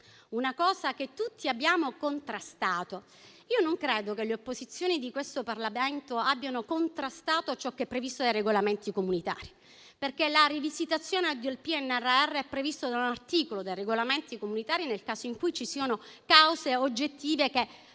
che tutti abbiamo contrastato. Non credo che le opposizioni di questo Parlamento abbiano contrastato ciò che è previsto dai regolamenti comunitari, perché la rivisitazione del PNRR è prevista da un articolo dei regolamenti comunitari, nel caso in cui ci siano cause oggettive che